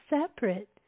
separate